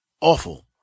awful